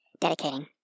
dedicating